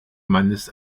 mannes